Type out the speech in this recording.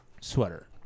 sweater